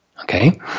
okay